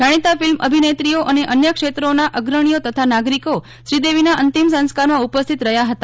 જાણીતા ફિલ્મ અભિનેત્રીઓ અને અન્ય ક્ષેત્રોના અગ્રણીઓ તથા નાગરિકો શ્રીદેવીના અંતિમ સંસ્કારમાં ઉપસ્થિત રહ્યા હતા